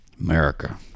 America